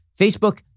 Facebook